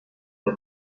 the